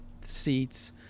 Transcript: seats